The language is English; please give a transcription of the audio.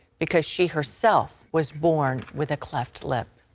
because she herself was born with a cleft lip.